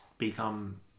Become